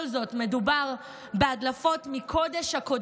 בכל זאת, מדובר בהדלפות מקודש-הקודשים.